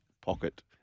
pocket